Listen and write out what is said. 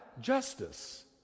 justice